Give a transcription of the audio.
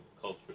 culture